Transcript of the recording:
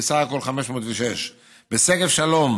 ובסך הכול 506. בשגב שלום,